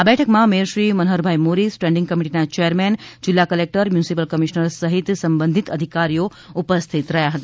આ બેઠકમાં mayor Manharbhai Mori standing કમિટીના ચેરમેન જીલ્લા કલેકટર મ્યુનિસિપલ કમિશ્નર સહિત સંબંધિત અધિકારો ઉપસ્થિત રહ્યા હતા